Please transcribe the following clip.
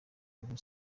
ubu